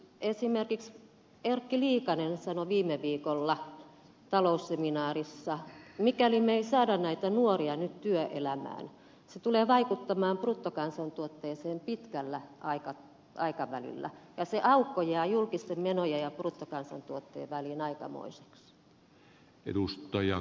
esimerkiksi erkki liikanen sanoi viime viikolla talousseminaarissa että mikäli me emme saa näitä nuoria nyt työelämään se tulee vaikuttamaan bruttokansantuotteeseen pitkällä aikavälillä ja se aukko jää julkisten menojen ja bruttokansantuotteen välillä aikamoiseksi